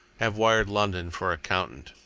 have wired london for accountant.